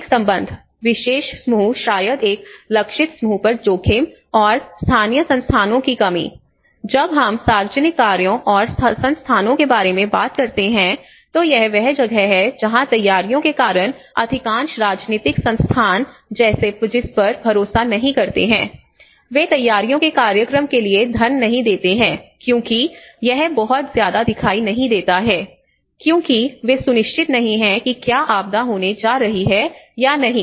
सामाजिक संबंध विशेष समूह शायद एक लक्षित समूह पर जोखिम और स्थानीय संस्थानों की कमी जब हम सार्वजनिक कार्यों और संस्थानों के बारे में बात करते हैं तो यह वह जगह है जहां तैयारियों के कारण अधिकांश राजनीतिक संस्थान जिस पर भरोसा नहीं करते हैं वे तैयारियों के कार्यक्रम के लिए धन नहीं देते हैं क्योंकि यह बहुत ज्यादा दिखाई नहीं देता है क्योंकि वे सुनिश्चित नहीं हैं कि क्या आपदा होने जा रही है या नहीं